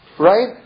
Right